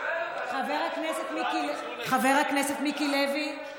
חבר הכנסת מיקי לוי,